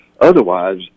otherwise